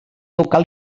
local